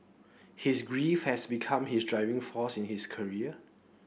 his grief has become his driving force in his career